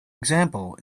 example